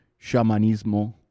shamanismo